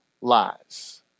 lies